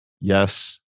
Yes